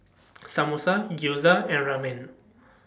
Samosa Gyoza and Ramen